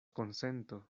konsento